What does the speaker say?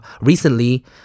recently